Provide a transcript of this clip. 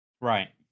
right